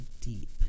deep